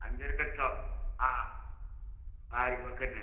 അഞ്ചരക്ക് എത്തുമോ ആ ആ ആയിക്കോട്ട് തന്നെ